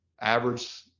average